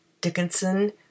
Dickinson